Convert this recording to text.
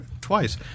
twice